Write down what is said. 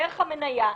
בערך המניה,